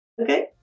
okay